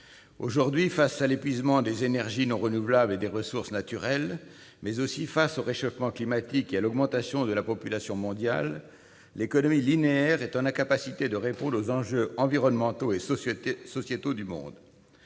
aujourd'hui, face à l'épuisement des énergies non renouvelables et des ressources naturelles, face au réchauffement climatique et à l'augmentation de la population mondiale, l'économie linéaire est incapable de répondre aux enjeux environnementaux et sociétaux du monde.